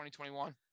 2021